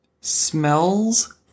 smells